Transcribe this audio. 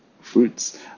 fruits